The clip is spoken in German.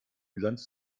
bilanz